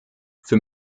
für